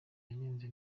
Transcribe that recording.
yanenze